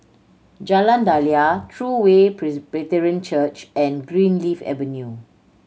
Jalan Daliah True Way Presbyterian Church and Greenleaf Avenue